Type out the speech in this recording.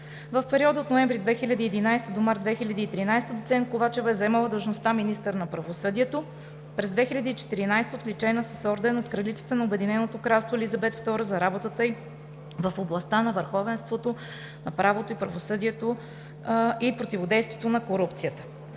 В периода от ноември 2011-а до март 2013 г. доцент Ковачева е заемала длъжността „министър на правосъдието“, през 2014 г. е отличена с орден от кралицата на Обединеното кралство Елизабет II за работата ѝ в областта на върховенството на правото и правосъдието и противодействието на корупцията.